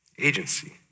agency